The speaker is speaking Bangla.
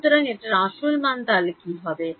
সুতরাং এটার আসল মান তাহলে কি হবে